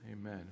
Amen